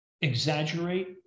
exaggerate